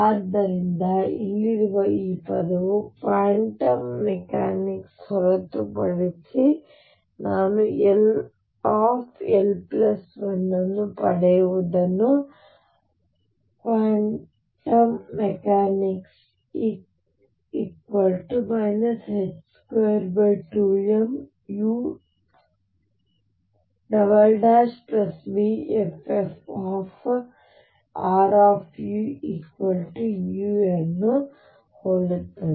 ಆದ್ದರಿಂದ ಇಲ್ಲಿರುವ ಈ ಪದವು ಕ್ವಾಂಟಮ್ ಮೆಕ್ಯಾನಿಕ್ಸ್ ಹೊರತುಪಡಿಸಿ ನಾನು ll1 ಅನ್ನು ಪಡೆಯುವುದನ್ನು ಹೊರತುಪಡಿಸಿ ನೀವು 22m uveffuEu ಅನ್ನು ಹೋಲುತ್ತದೆ